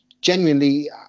genuinely